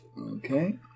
Okay